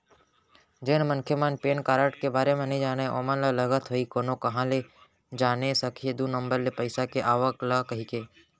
जेन मनखे मन ह पेन कारड के बारे म नइ जानय ओमन ल लगत होही कोनो काँहा ले जाने सकही दू नंबर ले पइसा के आवक ल कहिके